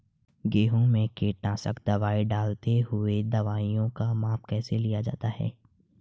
गेहूँ में कीटनाशक दवाई डालते हुऐ दवाईयों का माप कैसे लिया जाता है?